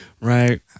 Right